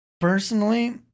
Personally